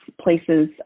places